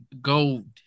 gold